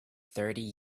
thirty